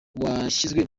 washyizwe